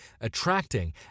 attracting